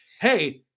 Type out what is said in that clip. hey